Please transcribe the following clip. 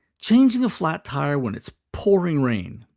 changing a flat tire when it's pouring rain.